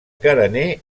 carener